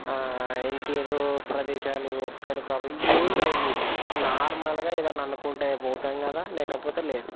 ఇంకేదో ప్రదేశాలు ఒక్కని ప్రభా ఇయి ఏం లెవ్వు నార్మల్గా ఏదన్నా అనుకుంటే పోతాం కదా లేకపోతే లేదు